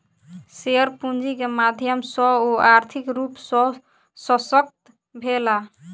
share पूंजी के माध्यम सॅ ओ आर्थिक रूप सॅ शशक्त भेला